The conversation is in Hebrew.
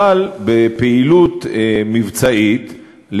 אבל בפעילות מבצעית,